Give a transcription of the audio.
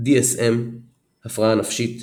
DSM הפרעה נפשית